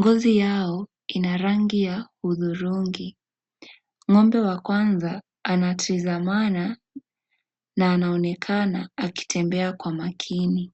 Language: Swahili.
Ngozi yao ina rangi ya hudhurungi . Ng'ombe wa kwanza anatizamana na anaonekana akitembea kwa makini.